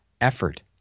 effort